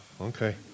Okay